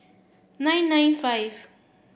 nine nine five